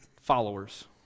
followers